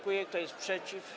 Kto jest przeciw?